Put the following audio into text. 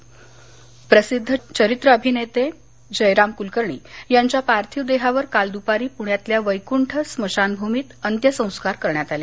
जयराम कलकर्णी प्रसिद्ध चरित्र अभिनेते जयराम कुलकर्णी यांच्या पार्थिव देहावर काल दुपारी पुण्यातल्या वैकुंठ स्मशानभूमीत अंत्यसंस्कार करण्यात आले